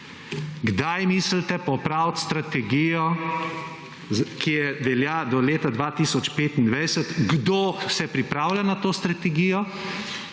Kdaj mislite popraviti strategijo, ki velja do leta 2025, kdo se pripravlja na to strategijo